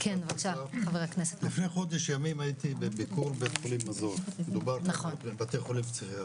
לפני חודש ימים הייתי בביקור בבתי חולים פסיכיאטריים,